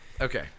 Okay